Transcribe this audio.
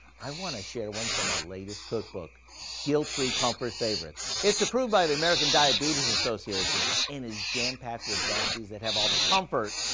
i wanna share one from our latest cookbook guilt-free comfort favorites. it's approved by the american diabetes ah so assocation and is jam-packed with recipes that have all the comfort,